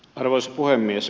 arvoisa puhemies